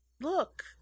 look